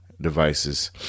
devices